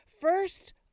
First